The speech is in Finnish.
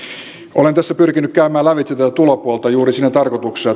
olen tässä pyrkinyt käymään lävitse tätä tulopuolta juuri siinä tarkoituksessa